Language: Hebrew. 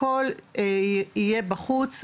הכל יהיה בחוץ,